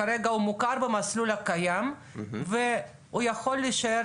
כרגע הוא מוכר במסלול הקיים והוא יכול להישאר